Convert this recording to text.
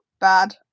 bad